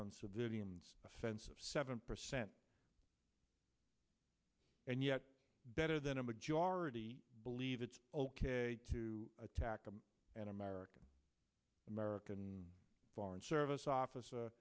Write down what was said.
on civilians offensive seven percent and yet better than a majority believe it's ok to attack an american american foreign service officer